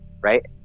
right